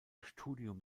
studium